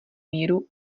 míru